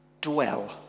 dwell